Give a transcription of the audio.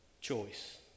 choice